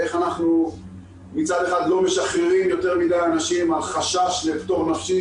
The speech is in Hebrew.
ואיך אנחנו מצד אחד לא משחררים יותר מדי אנשים על חשש לפטור נפשי,